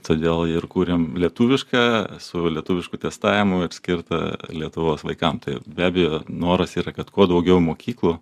todėl ir kuriam lietuvišką su lietuvišku testavimui ir skirtą lietuvos vaikam tai be abejo noras yra kad kuo daugiau mokyklų